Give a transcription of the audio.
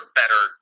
better